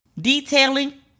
detailing